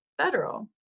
federal